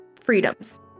freedoms